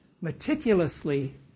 meticulously